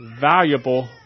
valuable